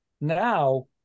now